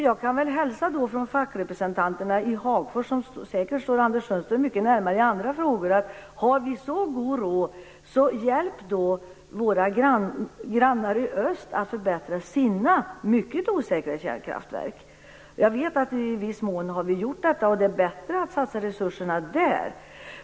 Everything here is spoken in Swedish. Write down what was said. Jag kan hälsa från fackrepresentanterna i Hagfors, som säkert står Anders Sundström mycket nära i andra frågor, att har vi så god råd, hjälp då våra grannar i öst att förbättra sina mycket osäkra kärnkraftverk! Jag vet att vi i viss mån har gjort detta. Det är bättre att satsa resurserna där.